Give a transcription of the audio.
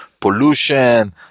pollution